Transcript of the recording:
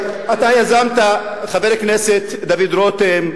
חבר הכנסת דוד רותם,